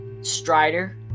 Strider